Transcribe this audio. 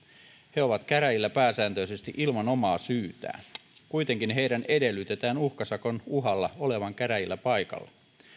he ovat käräjillä pääsääntöisesti ilman omaa syytään kuitenkin heidän edellytetään uhkasakon uhalla olevan käräjillä paikalla